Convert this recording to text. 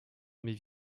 mais